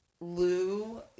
Lou